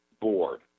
board